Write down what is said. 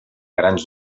grans